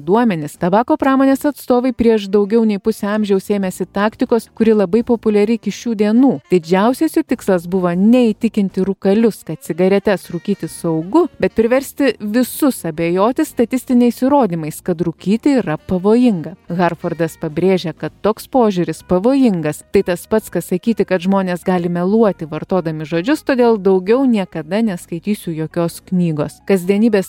duomenis tabako pramonės atstovai prieš daugiau nei pusė amžiaus ėmėsi taktikos kuri labai populiari iki šių dienų didžiausias jų tikslas buvo ne įtikinti rūkalius kad cigaretes rūkyti saugu bet priversti visus abejoti statistiniais įrodymais kad rūkyti yra pavojinga harfordas pabrėžia kad toks požiūris pavojingas tai tas pats kas sakyti kad žmonės gali meluoti vartodami žodžius todėl daugiau niekada neskaitysiu jokios knygos kasdienybės